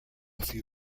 few